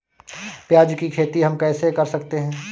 प्याज की खेती हम कैसे कर सकते हैं?